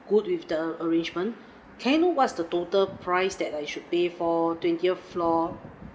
good with the arrangement can I know what's the total price that I should pay for twentieth floor